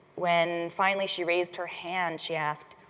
when finally she raised her hand, she asked,